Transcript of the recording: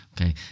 Okay